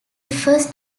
first